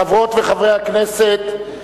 חברות וחברי הכנסת,